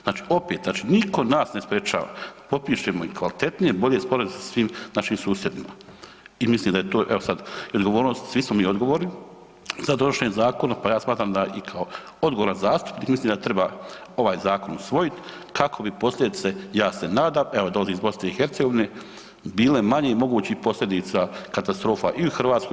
Znači opet, znači nitko nas ne sprečava da potpišemo i kvalitetnije, bolje sporazume s svim našim susjedima, i mislim da je to, evo sad i odgovornost, svim smo mi odgovorni za donošenje zakona pa ja smatram, da i kao odgovoran zastupnik, mislim da treba ovaj Zakon usvojit kako bi posljedice, ja se nadam, evo dolazim iz Bosne i Hercegovine, bile manjih mogućih posljedica katastrofa i u Hrvatskoj, i